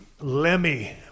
Lemmy